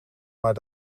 maar